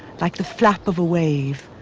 like the flap of a wave,